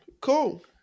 Cool